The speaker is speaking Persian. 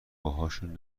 باهاشون